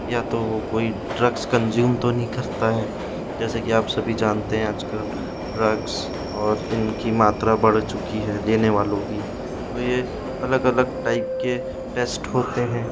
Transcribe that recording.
या तो वह कोई ड्रग्स कंज़्यूम तो नहीं करता है जैसे कि आप सभी जानते हैं आजकल ड्रग्स और इनकी मात्रा बढ़ चुकी है लेने वालों की तो यह अलग अलग टाइप के टेस्ट होते हैं